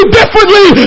differently